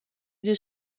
des